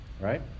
right